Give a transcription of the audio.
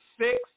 six